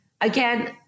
again